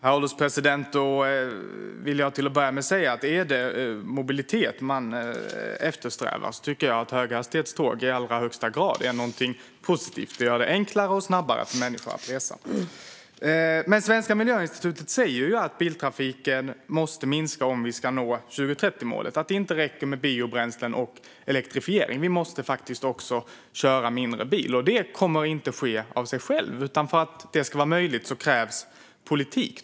Herr ålderspresident! Om det är mobilitet man eftersträvar är höghastighetståg i allra högsta grad något positivt. De gör det enklare och snabbare för människor att resa. Svenska Miljöinstitutet säger att biltrafiken måste minska om vi ska nå 2030-målet och att det inte räcker med biobränslen och elektrifiering. Vi måste också köra mindre bil. Men det kommer inte att ske av sig självt. För att det ska vara möjligt krävs politik.